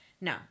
No